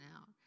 out